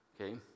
okay